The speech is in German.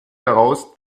daraus